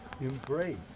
embrace